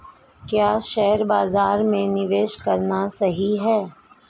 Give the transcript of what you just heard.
क्या शेयर बाज़ार में निवेश करना सही है?